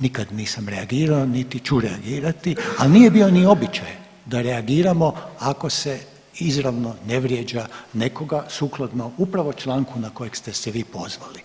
nikad nisam reagirao niti ću reagirati, ali nije bio ni običaj da reagiramo ako se izravno ne vrijeđa nekoga sukladno upravo članku na kojeg ste se vi pozvali.